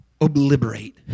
obliterate